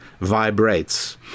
vibrates